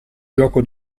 gioco